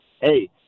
Hey